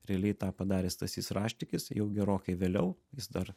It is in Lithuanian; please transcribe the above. realiai tą padarė stasys raštikis jau gerokai vėliau jis dar